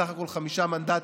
בסך הכול חמישה מנדטים,